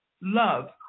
Love